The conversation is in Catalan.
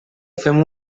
fem